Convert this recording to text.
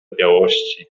białości